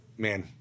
man